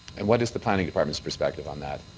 and what is the planning department's perspective on that?